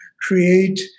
create